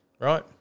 right